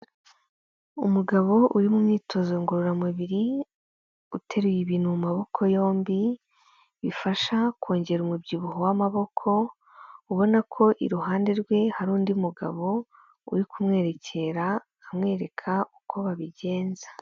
Umugabo uri mu myitozo ngororamubiri, uteruye ibintu mu maboko yombi bifasha kongera umubyibuho w'amaboko, ubona ko iruhande rwe hari undi mugabo uri kumwerekera amwereka uko babigenza.